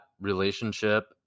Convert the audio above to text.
relationship